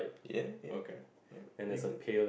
ya ya ya ya very good